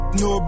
no